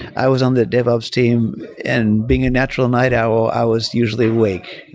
i was on the dev ops team, and being a natural night owl, i was usually awake.